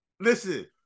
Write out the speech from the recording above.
listen